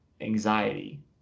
anxiety